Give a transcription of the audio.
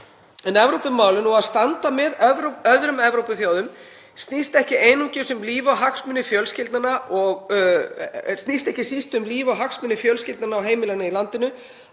en Evrópumálin og að standa með öðrum Evrópuþjóðum snýst ekki síst um líf og hagsmuni fjölskyldnanna og heimilanna í landinu.